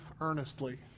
earnestly